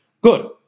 Good